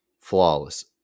flawless